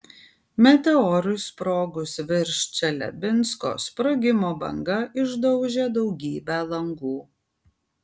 meteorui sprogus virš čeliabinsko sprogimo banga išdaužė daugybę langų